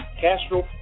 Castro